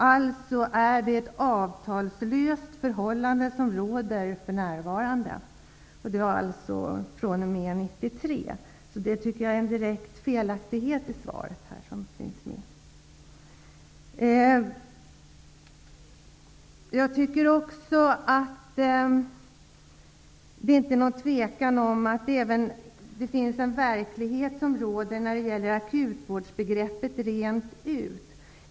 Alltså råder det för närvarande ett avtalslöst förhållande, dvs. fr.o.m. 1993. Det finns därmed en direkt felaktighet i svaret. Det råder inget tvivel om att det finns en verklighet i fråga om akutvårdsbegreppet.